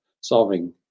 solving